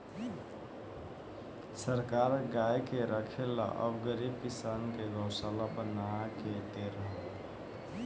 सरकार गाय के रखे ला अब गरीब किसान के गोशाला बनवा के दे रहल